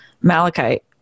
malachite